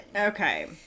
Okay